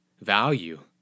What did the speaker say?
value